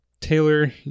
Taylor